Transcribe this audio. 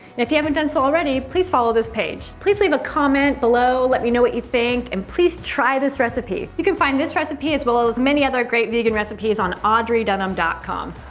and if you haven't done so already, please follow this page. please leave a comment below, let me know what you think, and please try this recipe. you can find this recipe, as well ah with many other great vegan recipes on audreydunham dot com